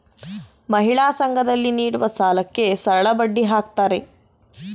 ಮಹಿಳಾ ಸಂಘ ದಲ್ಲಿ ನೀಡುವ ಸಾಲಕ್ಕೆ ಸರಳಬಡ್ಡಿ ಹಾಕ್ತಾರೆ